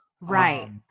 Right